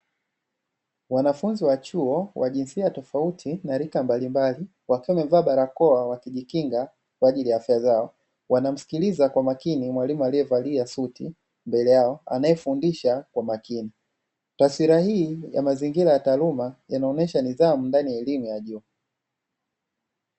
Wanafunzi wa chuo wa jinsia tofauti na rika mbalimbali wakiwa, wamevaa barakoa wakijikinga kwa ajili ya afya zao wanamsikiliza, kwa makini mwalimu aliyevalia suti mbele yao anayefundisha, kwa makini, taswira hii ya mazingira ya taaluma yanaonyesha nidhamu ndani ya elimu ya juu.